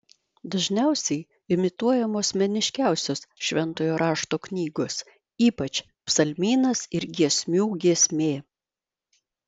dažniausiai imituojamos meniškiausios šventojo rašto knygos ypač psalmynas ir giesmių giesmė